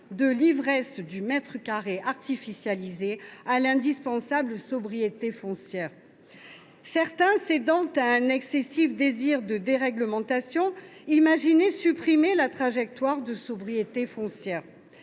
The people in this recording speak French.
de l’ivresse du mètre carré artificialisé à l’indispensable sobriété foncière. Certains, cédant à un excessif désir de déréglementation, imaginaient supprimer la trajectoire de sobriété foncière.